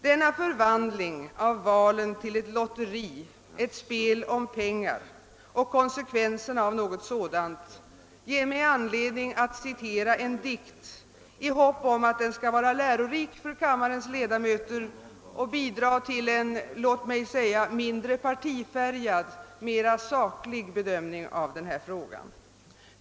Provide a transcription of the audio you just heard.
Denna förvandling av valen till ett lotteri, ett spel om pengar och konsekvenserna av något sådant, ger mig anledning att läsa en dikt i hopp om att den skall vara lärorik för kammarens ledamöter och bidra till en, låt mig säga mindre partifärgad och mer saklig bedömning av denna fråga.